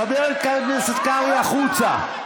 חבר הכנסת קרעי, החוצה.